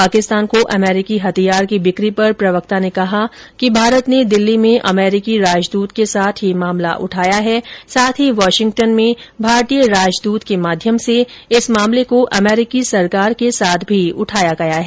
पाकिस्तान को अमरीकी हथियार की बिक्री पर प्रवक्ता ने कहा कि भारत ने दिल्ली में अमरीकी राजदूत के साथ यह मामला उठाया है साथ ही वाशिंगटन में भारतीय राजदूत के माध्यम से इस मामले को अमरीकी सरकार के साथ भी उठाया गया है